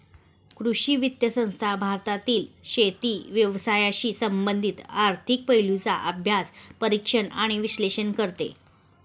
कृषी वित्त संस्था भारतातील शेती व्यवसायाशी संबंधित आर्थिक पैलूंचा अभ्यास, परीक्षण आणि विश्लेषण करते